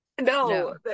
No